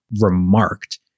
remarked